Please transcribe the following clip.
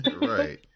Right